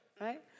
right